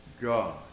God